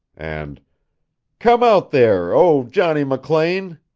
and come out there, oh, johnny mclean!